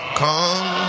come